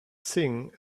sing